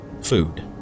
food